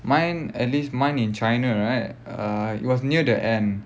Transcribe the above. mine at least mine in china right uh it was near the end